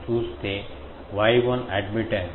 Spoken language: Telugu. Y1 admittance